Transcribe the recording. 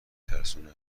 ترسونه